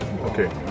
Okay